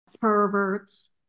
Perverts